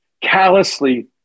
callously